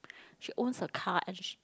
she owns a car and she